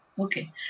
Okay